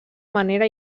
manera